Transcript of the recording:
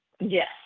Yes